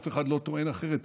אף אחד לא טוען אחרת,